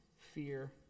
fear